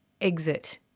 exit